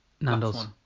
Nando's